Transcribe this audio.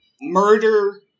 murder